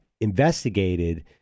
investigated